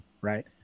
right